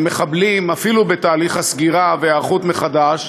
הם מחבלים אפילו בתהליך הסגירה וההיערכות מחדש,